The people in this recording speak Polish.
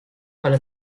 ale